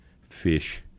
fish